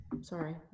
sorry